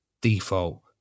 default